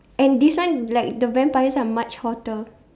and this one like the vampires are much hotter